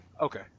Okay